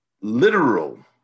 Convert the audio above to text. literal